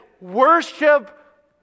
Worship